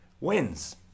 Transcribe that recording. wins